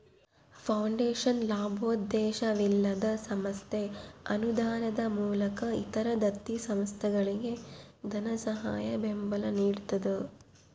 foundation ಲಾಭೋದ್ದೇಶವಿಲ್ಲದ ಸಂಸ್ಥೆ ಅನುದಾನದ ಮೂಲಕ ಇತರ ದತ್ತಿ ಸಂಸ್ಥೆಗಳಿಗೆ ಧನಸಹಾಯ ಬೆಂಬಲ ನಿಡ್ತದ